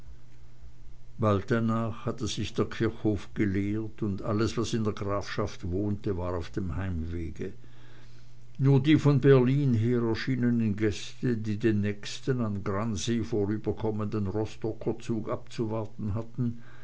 bald danach hatte sich der kirchhof geleert und alles was in der grafschaft wohnte war auf dem heimwege nur die von berlin her erschienenen gäste die den nächsten an gransee vorüberkommenden rostocker zug abzuwarten hatten